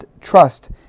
trust